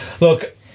Look